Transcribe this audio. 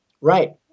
Right